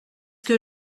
que